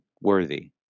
worthy